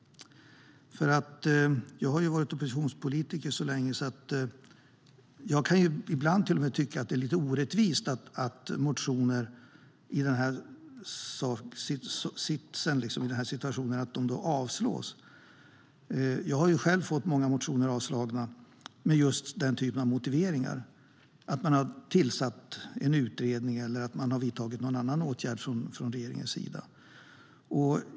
Jag har varit oppositionspolitiker så länge att jag ibland till och med kan tycka att det är lite orättvist att motioner bara avslås. Jag har själv fått många motioner avslagna med just den typen av motiveringar att det har tillsatts en utredning eller att det har vidtagits någon annan åtgärd.